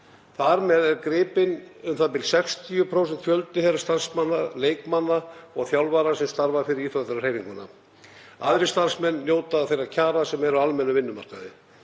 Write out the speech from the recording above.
Þar með eru gripin u.þ.b. 60% þeirra starfsmanna, leikmanna og þjálfara sem starfa fyrir íþróttahreyfinguna. Aðrir starfsmenn njóta þeirra kjara sem eru á almennum vinnumarkaði.